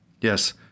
Yes